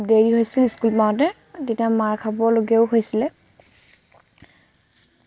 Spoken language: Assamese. দেৰি হৈছিল স্কুল পাওঁতে তেতিয়া মাৰ খাবলগীয়াও হৈছিলে